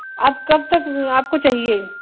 اب کب تک آپ کو چاہیے